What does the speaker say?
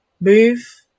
move